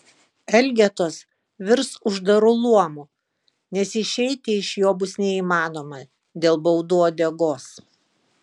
elgetos virs uždaru luomu nes išeiti iš jo bus neįmanoma dėl baudų uodegos